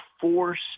force